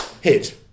hit